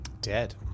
Dead